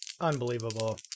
Unbelievable